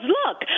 look